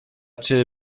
czy